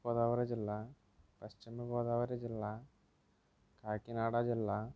గోదావరి జిల్లా పచ్చిమ గోదావరి జిల్లా కాకినాడ జిల్లా